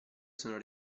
sono